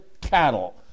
cattle